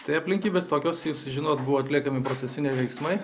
tai aplinkybės tokios jūs žinot buvo atliekami procesiniai veiksmai